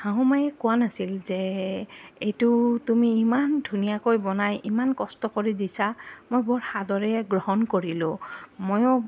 শাহুমায়ে কোৱা নাছিল যে এইটো তুমি ইমান ধুনীয়াকৈ বনাই ইমান কষ্ট কৰি দিছা মই বৰ সাদৰে গ্ৰহণ কৰিলোঁ ময়ো